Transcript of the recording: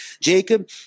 Jacob